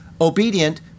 obedient